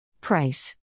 Price